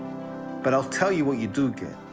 but i'll tell you what you do get.